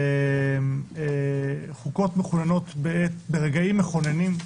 חוקות מכוננות ברגעים מכוננים,